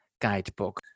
guidebook